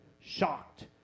shocked